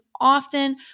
often